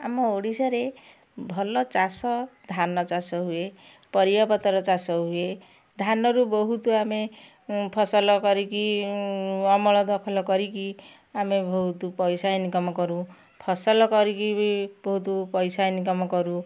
ଆମ ଓଡ଼ିଶାରେ ଭଲ ଚାଷ ଧାନ ଚାଷ ହୁଏ ପରିବାପତର ଚାଷ ହୁଏ ଧାନରୁ ବହୁତ ଆମେ ଫସଲ କରିକି ଅମଳ ଦଖଲ କରିକି ଆମେ ବହୁତ ପଇସା ଇନକମ୍ କରୁ ଫସଲ କରିକି ବି ବହୁତ ପଇସା ଇନକମ୍ କରୁ